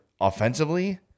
offensively